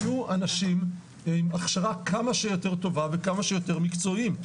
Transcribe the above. יהיו אנשים עם הכשרה כמה שיותר טובה וכמה שיותר מקצועיים.